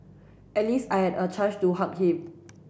at least I had a chance to hug him